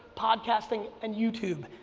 podcasting and youtube.